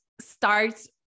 starts